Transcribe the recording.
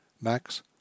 Max